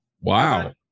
Wow